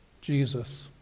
Jesus